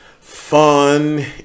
fun